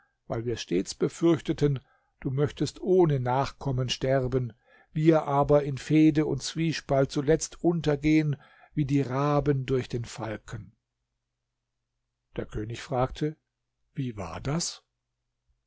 weil wir stets befürchteten du möchtest ohne nachkommen sterben wir aber in fehde und zwiespalt zuletzt untergehen wie die raben durch den falken der könig fragte wie war das